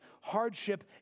hardship